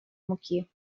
муки